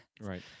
Right